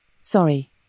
Sorry